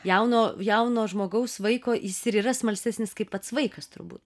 jauno jauno žmogaus vaiko jis ir yra smalsesnis kaip pats vaikas turbūt